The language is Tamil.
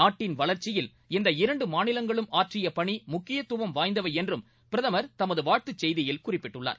நாட்டின் வளர்ச்சியில் இந்த இரண்டு மாநிலங்களும் ஆற்றிய பணி முக்கியத்துவம் வாய்ந்தவை என்றும் பிரதமர் தமது வாழ்த்துச் செய்தியில் குறிப்பிட்டுள்ளார்